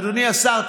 אדוני השר,